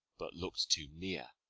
but, look'd to near,